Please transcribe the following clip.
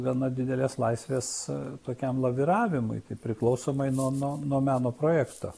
gana didelės laisvės tokiam laviravimui kaip priklausomai nuo nuo nuo meno projekto